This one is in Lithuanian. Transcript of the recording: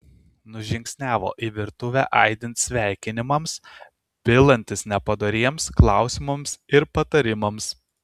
nužingsniavo į virtuvę aidint sveikinimams pilantis nepadoriems klausimams ir patarimams